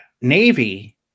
Navy